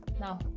Now